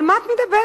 על מה את מדברת?